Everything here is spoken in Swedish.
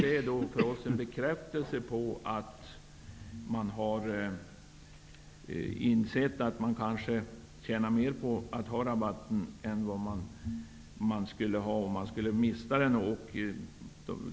Det är för oss en bekräftelse på att man har insett att man kanske tjänar mer på att ha rabatten än om man inte har den.